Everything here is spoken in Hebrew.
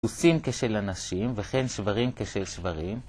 דפוסים(?) כשל אנשים וכן שברים כשל שברים